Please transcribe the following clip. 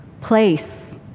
place